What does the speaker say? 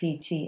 PT